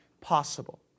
possible